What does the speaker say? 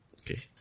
okay